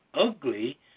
ugly